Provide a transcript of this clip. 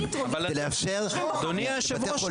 כדי לאפשר לבתי חולים --- אדוני היושב ראש,